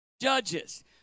Judges